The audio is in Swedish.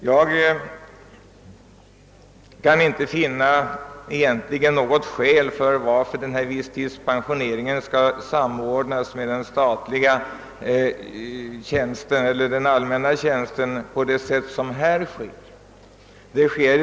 Jag kan inte finna något egentligt skäl för att visstidspensioneringen på sätt som här föreslås skall samordnas med den statliga eller allmänna tjänsten.